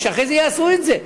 שאחרי זה יעשו את זה,